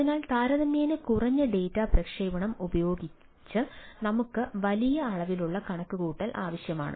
അതിനാൽ താരതമ്യേന കുറഞ്ഞ ഡാറ്റ പ്രക്ഷേപണം ഉപയോഗിച്ച് നമ്മൾക്ക് വലിയ അളവിലുള്ള കണക്കുകൂട്ടൽ ആവശ്യമാണ്